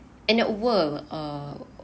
in the world uh